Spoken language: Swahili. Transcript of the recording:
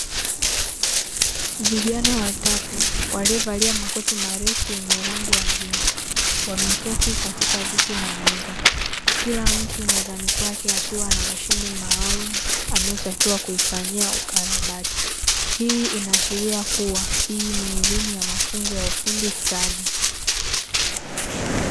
Vijana watatu waliovalia makoti marefu yenye rangi ya bluu wameketi katika viti na meza, kila mtu mezani kwake akiwa na mashine maalumu anayotakiwa kuifanyia ukarabati. Hii inaashiria kuwa hii ni elimu ya mafunzo ya ufundi stadi.